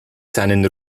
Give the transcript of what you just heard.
seinen